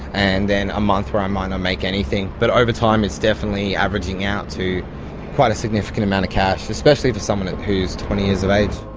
and then a month where i might not make anything, but over time it's definitely averaging out to quite a significant amount of cash, especially for someone who's twenty years of